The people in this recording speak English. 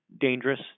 dangerous